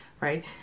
right